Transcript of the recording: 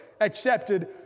accepted